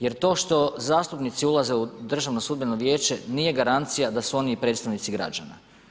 Jer to što građani ulaze u Državno sudbeno vijeće nije garancija da su oni predstavnici građana.